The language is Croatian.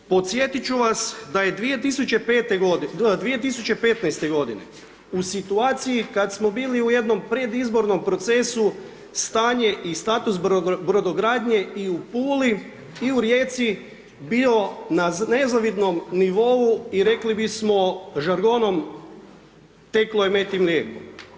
Podsjetiti ću vas da je 2015.-te godine u situaciji kad smo bili u jednom predizbornom procesu, stanje i status Brodogradnje i u Puli i u Rijeci bio na nezavidnom nivou i rekli bismo žargonom teklo je med i mlijeko.